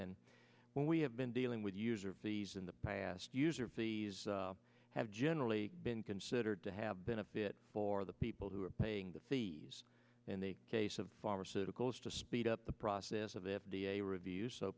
and when we have been dealing with user fees in the past user fees have generally been considered to have been a bit for the people who are paying the fees in the case of pharmaceuticals to speed up the process of f d a review so